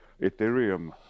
ethereum